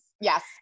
Yes